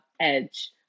edge